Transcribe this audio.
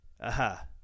Aha